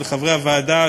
ולחברי הוועדה,